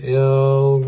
ill